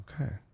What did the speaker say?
Okay